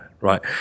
Right